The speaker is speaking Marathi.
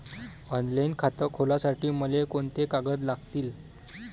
ऑनलाईन खातं खोलासाठी मले कोंते कागद लागतील?